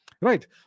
right